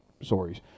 stories